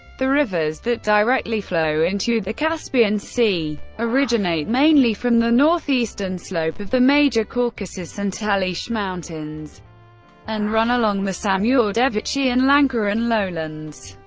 the rivers that directly flow into the caspian sea, originate mainly from the north-eastern slope of the major caucasus and talysh mountains and run along the samur-devechi and lankaran lowlands.